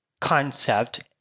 concept